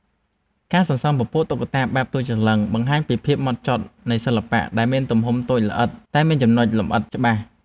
ការសន្សំពពួក តុក្កតាបែបតូចច្រឡឹង បង្ហាញពីភាពហ្មត់ចត់នៃសិល្បៈដែលមានទំហំតូចល្អិតតែមានចំណុចលម្អិតច្បាស់។